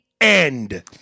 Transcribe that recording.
end